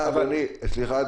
סליחה.